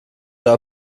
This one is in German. aber